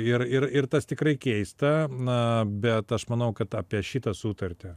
ir ir ir tas tikrai keista na bet aš manau kad apie šitą sutartį